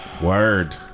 Word